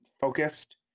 focused